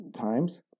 times